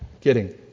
Kidding